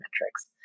metrics